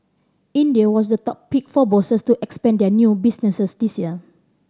India was the top pick for bosses to expand their new businesses this year